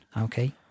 Okay